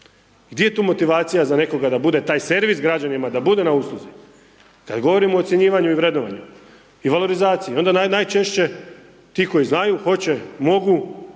Gdje je tu motivacija za nekoga da bude taj servis građanima, da bude na usluzi? Kad govorimo o ocjenjivanju i vrednovanju i valorizaciji onda najčešće ti koji znaju, hoće, mogu